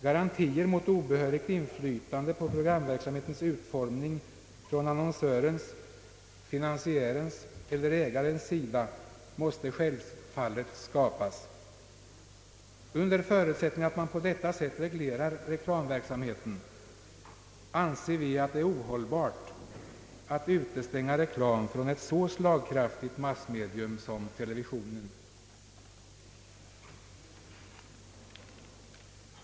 Garantier mot obehörigt inflytande på programverksamhetens utformning från annonsörens, finansiärens eller ägarens sida måste självfallet skapas. Under förutsättning att man på detta sätt reglerar reklamverksamheten anser vi att det är ohållbart att utestänga reklam från ett så slagkraftigt massmedium som televisionen.